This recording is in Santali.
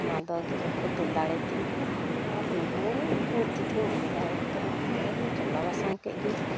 ᱚᱱᱟᱫᱚ ᱜᱤᱫᱽᱨᱟᱹᱦᱚᱸ ᱠᱚ ᱛᱩᱞ ᱫᱟᱲᱮᱭᱟᱹᱛᱤᱧ ᱠᱟᱱᱟ ᱟᱨ ᱤᱧᱦᱚᱸ ᱢᱤᱫ ᱛᱤ ᱛᱮᱦᱚᱸᱭ ᱤᱫᱤ ᱫᱟᱲᱮᱭᱟᱜ ᱠᱟᱱᱟ ᱚᱱᱛᱮᱨᱮᱜᱮ ᱞᱮ ᱪᱚᱸᱫᱟ ᱵᱟᱥᱟᱝᱠᱮᱫ ᱜᱮ